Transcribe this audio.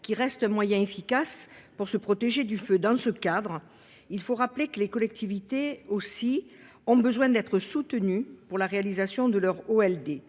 qui reste moyen efficace pour se protéger du feu dans ce cadre, il faut rappeler que les collectivités aussi ont besoin d'être soutenus pour la réalisation de leur LD